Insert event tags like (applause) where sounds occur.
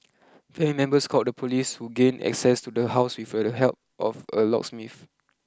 family members called the police who gained access to the house (unintelligible) the help of a locksmith